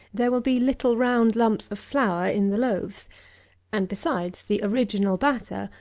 there will be little round lumps of flour in the loaves and, besides, the original batter,